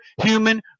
human